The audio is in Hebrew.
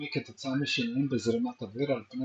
אווירודינמי כתוצאה משינויים בזרימת האוויר על פני